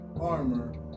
armor